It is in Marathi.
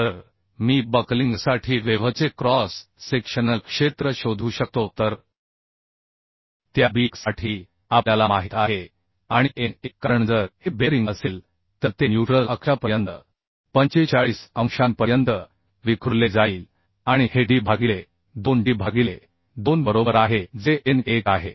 तर मी बकलिंगसाठी वेव्हचे क्रॉस सेक्शनल क्षेत्र शोधू शकतो तर त्या b1 साठी आपल्याला माहित आहे आणि n1 कारण जर हे बेअरिंग असेल तर ते न्यूट्रल अक्षापर्यंत 45 अंशांपर्यंत विखुरले जाईल आणि हे d भागिले 2d भागिले 2 बरोबर आहे जे n1 आहे